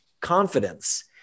confidence